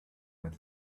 with